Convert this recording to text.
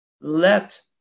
let